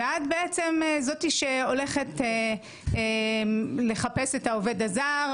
ואז בעצם את זאת שהולכת לחפש את העובד הזר,